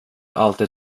alltid